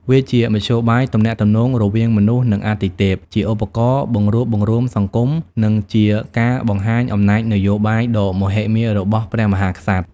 វាជាមធ្យោបាយទំនាក់ទំនងរវាងមនុស្ស និងអាទិទេព ជាឧបករណ៍ បង្រួបបង្រួមសង្គម និងជាការបង្ហាញ អំណាចនយោបាយ ដ៏មហិមារបស់ព្រះមហាក្សត្រ។